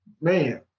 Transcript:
Man